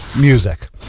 music